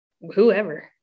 whoever